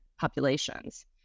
populations